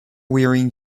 wearing